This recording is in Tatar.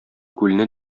күлне